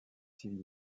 civile